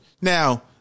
Now